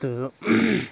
تہٕ